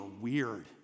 weird